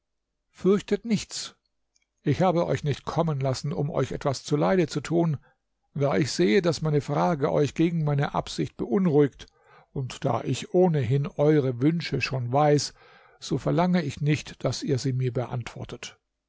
fürchtet nichts ich habe euch nicht kommen lassen um euch etwas zuleide zu tun da ich sehe daß meine frage euch gegen meine absicht beunruhigt und da ich ohnehin eure wünsche schon weiß so verlange ich nicht daß ihr sie mir beantwortet